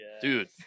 Dude